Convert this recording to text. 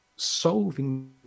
solving